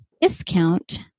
discount